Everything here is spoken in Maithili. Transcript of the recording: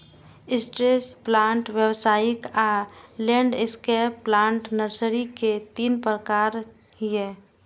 स्ट्रेच प्लांट, व्यावसायिक आ लैंडस्केप प्लांट नर्सरी के तीन प्रकार छियै